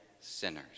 sinners